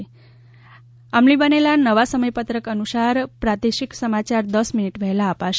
ગઇકાલથી અમલી બનેલા નવા સમયપત્રક અનુસાર પ્રાદેશિક સમાચાર દસ મીનિટ વહેલા અપાશે